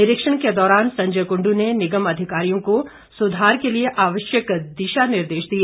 निरीक्षण के दौरान संयज कुंडू ने निगम अधिकारियों को सुधार के लिए आवश्यक दिशा निर्देश दिए